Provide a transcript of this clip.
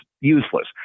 useless